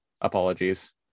apologies